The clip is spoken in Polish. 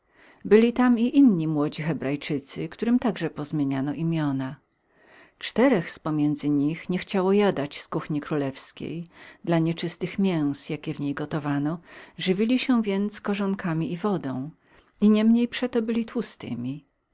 byli tam i inni młodzi hebrajczycy którym także pozmieniano nazwiska czterech z pomiędzy nich niechciało jadać z kuchni królewskiej dla nieczystych mięs jakie w niej gotowano żywili się więc korzonkami i wodą i niemniej przeto byli tłustymi